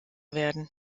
werden